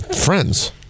Friends